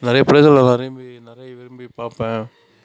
நிறைய படங்கள் நான் விரும்பி நிறைய விரும்பி பார்ப்பேன்